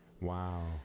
Wow